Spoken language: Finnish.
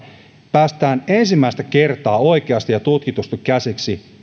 päästään ensimmäistä kertaa oikeasti ja tutkitusti käsiksi siihen